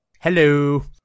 Hello